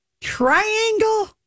triangle